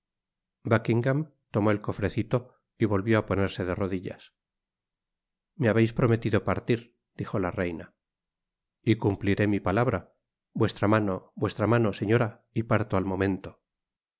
tomó el cofrecito y volvió á ponerse de rodillas me habeis prometido partir dijo la reina y cumpliré mi palabra vuestra mano vuestra mano señora y parto al momento